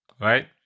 right